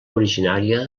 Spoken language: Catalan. originària